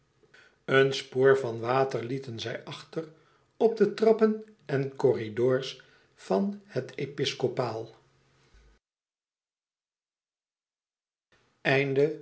een spoor van water lieten zij achter op de trappen en corridors van het